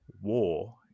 war